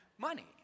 money